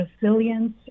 resilience